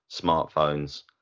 smartphones